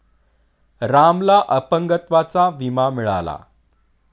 रामला अपंगत्वाचा विमा मिळाला